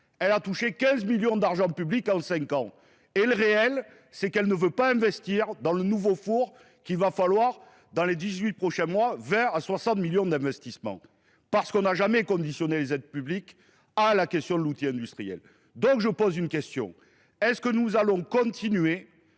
elle a touché 15 millions d'argent public en cinq ans. Et le réel, c'est qu'elle ne veut pas investir dans le nouveau four, qu'il va falloir, dans les 18 prochains mois, vers à 60 millions d'investissements. parce qu'on n'a jamais conditionné les aides publiques à la question de l'outil industriel. Donc je pose une question. Est-ce que nous allons continuer